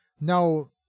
Now